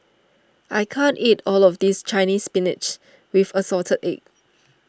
I can't eat all of this Chinese Spinach with Assorted Eggs